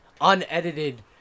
unedited